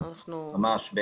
ממש,